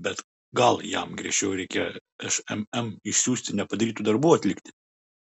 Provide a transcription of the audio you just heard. bet gal jam griežčiau reikėjo šmm išsiųsti nepadarytų darbų atlikti